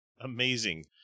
Amazing